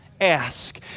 ask